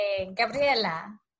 Gabriela